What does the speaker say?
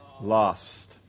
lost